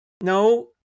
no